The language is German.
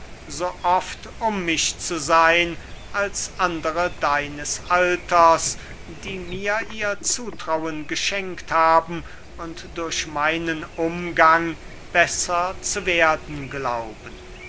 so oft um mich zu seyn als andere deines alters die mir ihr zutrauen geschenkt haben und durch meinen umgang besser zu werden glauben